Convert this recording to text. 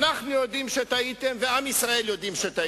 אנחנו יודעים שטעיתם ועם ישראל יודעים שטעיתם,